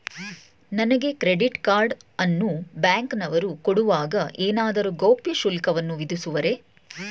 ನನಗೆ credit card ಅನ್ನು ಬ್ಯಾಂಕಿನವರು ಕೊಡುವಾಗ ಏನಾದರೂ ಗೌಪ್ಯ ಶುಲ್ಕವನ್ನು ವಿಧಿಸುವರೇ?